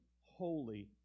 holy